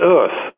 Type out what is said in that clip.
Earth